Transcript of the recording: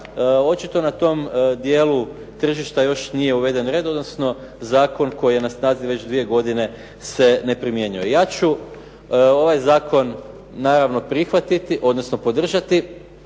očito na tom dijelu tržišta nije uveden red, odnosno zakon koji je na snazi već dvije godine se ne primjenjuje. Ja ću ovaj zakon naravno prihvatiti, odnosno podržati